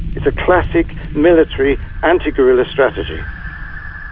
it's a classic military anti-guerilla strategy